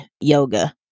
yoga